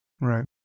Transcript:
right